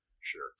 sure